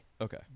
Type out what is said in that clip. Okay